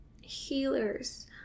healers